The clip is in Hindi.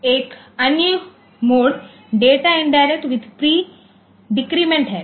एक अन्य mode data indirect with pre decrement है